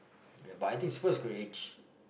ya but I think it's first gonna age